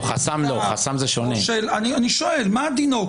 אני שואל, מה דינו?